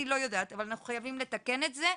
אני לא יודעת אבל אנחנו חייבים לתקן את זה.